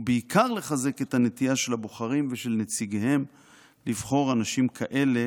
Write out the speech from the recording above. ובעיקר לחזק את הנטייה של הבוחרים ושל נציגיהם לבחור אנשים כאלה